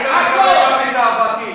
אל תתנשא.